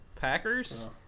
Packers